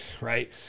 right